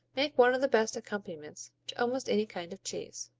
make one of the best accompaniments to almost any kind of cheese.